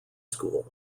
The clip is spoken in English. school